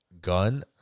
gun